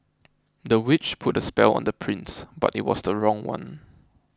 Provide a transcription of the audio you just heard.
the witch put a spell on the prince but it was the wrong one